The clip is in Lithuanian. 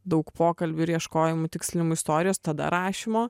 daug pokalbių ir ieškojimų tikslinimų istorijos tada rašymo